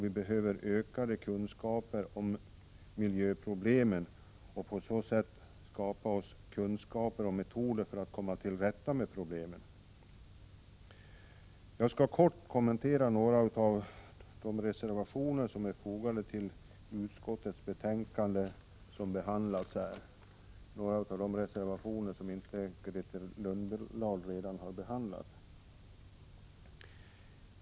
Vi behöver ökade kunskaper om miljöproblemen för att kunna skapa metoder för att komma till rätta med problemen. Jag skall kort kommentera några av de reservationer som är fogade till jordbruksutskottets betänkande som behandlas här. Grethe Lundblad har redan berört en del av reservationerna.